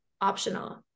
optional